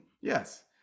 yes